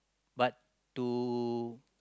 but to